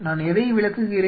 நான் எதை விளக்குகிறேன்